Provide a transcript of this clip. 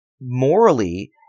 morally